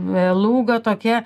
beluga tokia